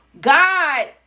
God